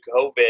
COVID